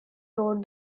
toured